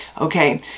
Okay